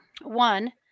One